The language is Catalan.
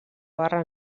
barra